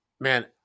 Man